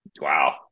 Wow